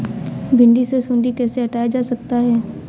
भिंडी से सुंडी कैसे हटाया जा सकता है?